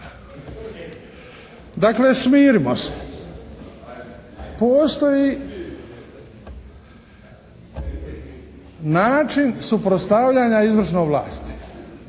Dakle smirimo se. Postoji način suprotstavlja izvršnoj vlasti.